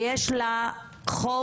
ויש לה חוק